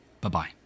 Bye-bye